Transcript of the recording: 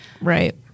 Right